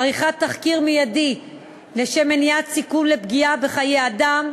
עריכת תחקיר מיידי לשם מניעת סיכון של פגיעה בחיי אדם,